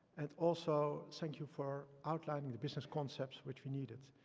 and also, thank you for outlining the business concepts, which we needed.